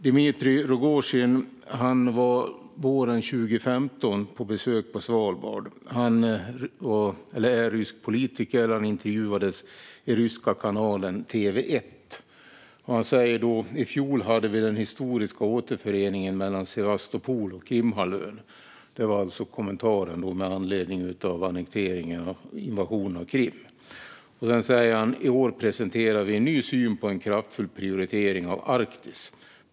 Dmitrij Rogozin var våren 2015 på besök på Svalbard. Han är rysk politiker, och han intervjuades i den ryska kanalen TV1. Han sa då: I fjol hade vi den historiska återföreningen mellan Sevastopol och Krimhalvön. Det var alltså hans kommentar med anledning av annekteringen och invasionen av Krim. Han sa också: I år presenterar vi en ny syn på en kraftfull prioritering av Arktis.